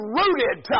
rooted